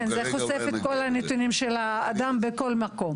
זה חושף את כל הנתונים של האדם בכל מקום.